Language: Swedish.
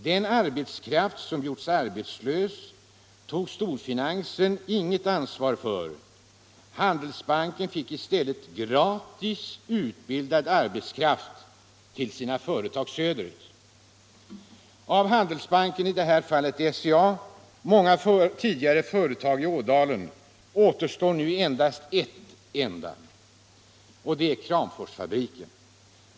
Den arbetskraft som gjorts arbetslös tog storfinansen inget ansvar för. Handelsbanken fick i stället gratis utbildad arbetskraft till sina företag söderut. Av Handelsbankens — i det här fallet SCA — många tidigare företag i Ådalen återstår nu endast ett enda, Kramforsfabriken.